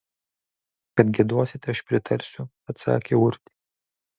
kad giedosite aš pritarsiu atsakė urtė